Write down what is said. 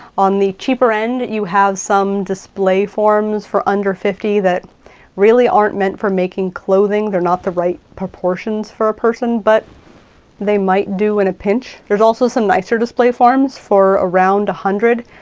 on the cheaper end, you have some display forms for under fifty that really aren't meant for making clothing. they're not the right proportions for a person, but they might do in a pinch. there's also some nicer display forms for around a hundred.